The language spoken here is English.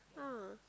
ah